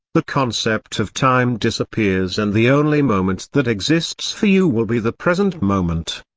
the concept of time disappears and the only moment that exists for you will be the present moment.